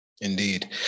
Indeed